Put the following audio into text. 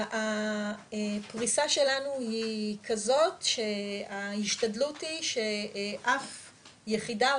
הפריסה שלנו היא כזאת שההשתדלות היא שאף יחידה,